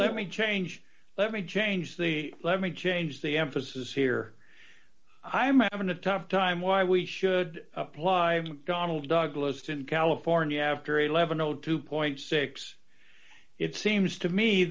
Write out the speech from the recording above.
let me change let me change the let me change the emphasis here i'm having a tough time why we should apply donald douglas to california after eleven o two six it seems to me